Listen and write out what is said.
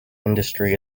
industry